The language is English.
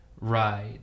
ride